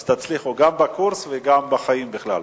אז תצליחו גם בקורס וגם בחיים בכלל.